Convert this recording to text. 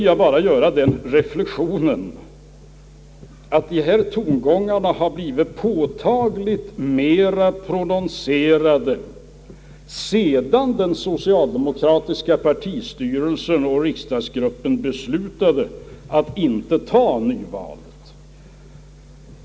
Jag gör den reflexionen, att dessa tongångar har blivit påtagligt mera prononcerade sedan den socialdemokratiska partistyrelsen och riksdagsgruppen hade beslutat att inte ta ett nyval.